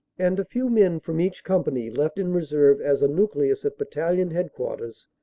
and a few men from each company left in reserve as a nucleus at battalion headquarters,